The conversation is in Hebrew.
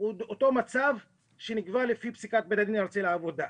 - הוא אותו מצב שנקבע בפסיקת בית הדין הארצי לעבודה.